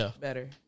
better